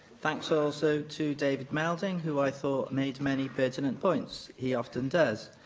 thanks also to david melding, who i thought made many pertinent points he often does.